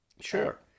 Sure